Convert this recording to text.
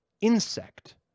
insect